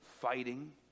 fighting